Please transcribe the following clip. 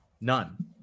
None